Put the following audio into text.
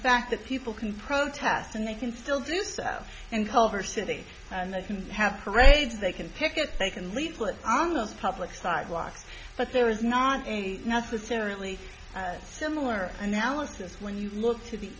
fact that people can protest and they can still do stuff in culver city and they can have parades they can picket they can lead foot on a public sidewalk but there is not necessarily similar analysis when you look to the